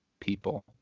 people